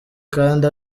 kandi